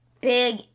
big